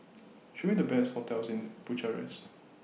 Show Me The Best hotels in Bucharest